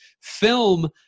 film